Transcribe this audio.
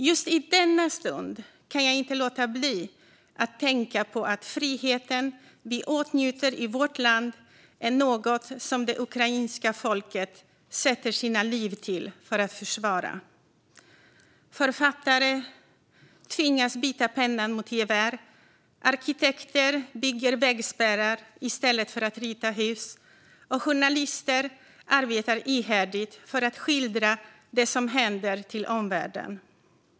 Just i denna stund kan jag inte låta bli att tänka på att friheten som vi åtnjuter i vårt land är något som det ukrainska folket riskerar sina liv för att försvara. Författare tvingas byta pennan mot gevär, arkitekter bygger vägspärrar i stället för att rita hus och journalister arbetar ihärdigt för att skildra det som händer för omvärlden.